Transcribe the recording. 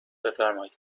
بفرمایید